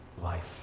life